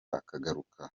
akagaruka